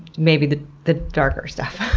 maybe the the darker stuff.